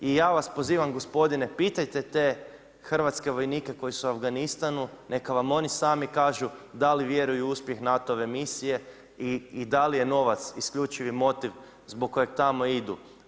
I ja vas pozivam gospodine, pitajte te hrvatske vojnike koji su u Afganistanu neka vam oni sami kažu da li vjeruju u uspjeh NATO-ve misije i da li je novac isključivi motiv zbog kojeg tamo idu.